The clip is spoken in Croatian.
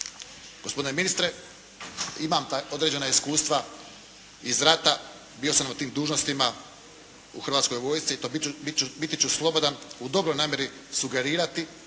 Gospodine ministre imam ta određena iskustva iz rata, bio sam na tim dužnostima u Hrvatskoj vojsci pa biti ću slobodan u dobroj namjeri sugerirati